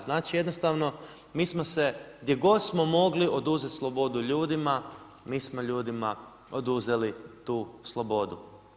Znači jednostavno mi smo se gdje god smo mogli oduzeti slobodu ljudima mi smo ljudima oduzeli tu slobodu.